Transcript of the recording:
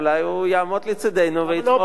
אולי הוא יעמוד לצדנו ויתמוך,